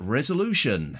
Resolution